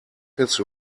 his